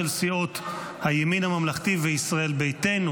של סיעות הימין הממלכתי וישראל ביתנו.